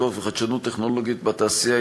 פיתוח וחדשנות טכנולוגית בתעשייה,